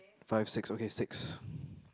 five six okay six